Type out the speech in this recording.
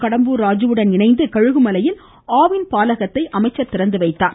கடம்பூர் ராஜீவுடன் இணைந்து கழுகுமலையில் ஆவின் பாலகத்தை அமைச்சர் திறந்துவைத்தார்